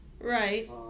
Right